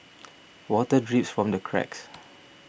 water drips from the cracks